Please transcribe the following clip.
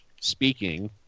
speaking